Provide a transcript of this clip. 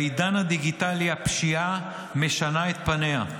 בעידן הדיגיטלי הפשיעה משנה את פניה: